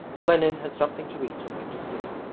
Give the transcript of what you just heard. olenin had something to eat and went to sleep.